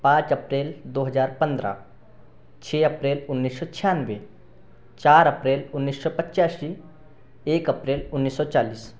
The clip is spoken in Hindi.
पाँच अप्रैल दो हजार पद्रह छ अप्रैल उन्नीस सौ छानबे चार अप्रैल उन्नीस सौ पचासी एक अप्रैल उन्नीस सौ चालीस